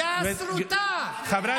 יא סרוטה,